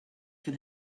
can